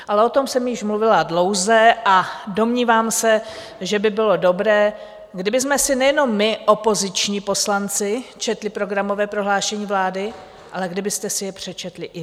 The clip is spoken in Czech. Ale o tom jsem již mluvila dlouze a domnívám se, že by bylo dobré, kdybychom si nejenom my, opoziční poslanci, četli programové prohlášení vlády, ale kdybyste si je přečetli i vy.